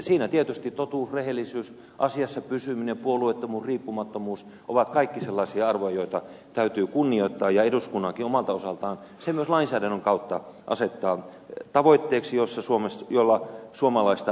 siinä tietysti totuus rehellisyys asiassa pysyminen puolueettomuus riippumattomuus ovat kaikki sellaisia arvoja joita täytyy kunnioittaa ja eduskunnankin omalta osaltaan myös lainsäädännön kautta asettaa tavoitteeksi jolla suomalaista viestintäpolitiikkaa toteutetaan